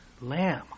lamb